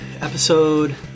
episode